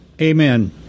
Amen